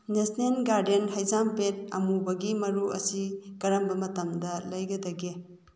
national garden ꯍꯩꯖꯥꯝꯄꯦꯠ ꯑꯃꯨꯕꯒꯤ ꯃꯔꯨ ꯑꯁꯤ ꯀꯔꯝꯕ ꯃꯇꯝꯗ ꯂꯩꯒꯗꯒꯦ